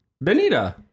Benita